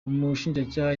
umushinjacyaha